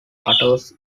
cutters